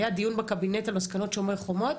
היה דיון בקבינט על מסקנות שומר חומות?